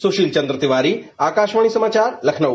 सुशील चन्द्र तिवारी आकाशवाणी समाचार लखनऊ